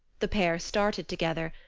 the pair started together.